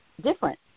different